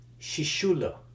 Shishula